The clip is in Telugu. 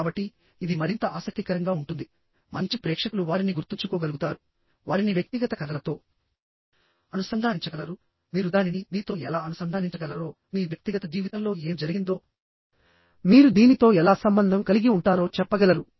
కాబట్టి ఇది మరింత ఆసక్తికరంగా ఉంటుందిమంచి ప్రేక్షకులు వారిని గుర్తుంచుకోగలుగుతారువారిని వ్యక్తిగత కథలతో అనుసంధానించగలరు మీరు దానిని మీతో ఎలా అనుసంధానించగలరో మీ వ్యక్తిగత జీవితంలో ఏమి జరిగిందో మీరు దీనితో ఎలా సంబంధం కలిగి ఉంటారో చెప్పగలరు